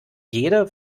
jeder